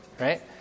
right